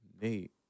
Nate